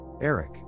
Eric